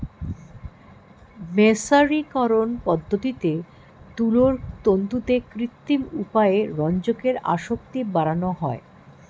মের্সারিকরন পদ্ধতিতে তুলোর তন্তুতে কৃত্রিম উপায়ে রঞ্জকের আসক্তি বাড়ানো হয়